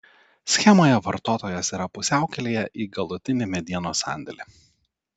schemoje vartotojas yra pusiaukelėje į galutinį medienos sandėlį